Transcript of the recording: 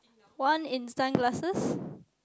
one in sunglasses